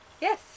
Yes